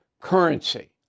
currency